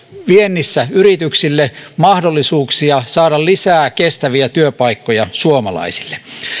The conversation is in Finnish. viennissä yrityksille mahdollisuuksia saada lisää kestäviä työpaikkoja suomalaisille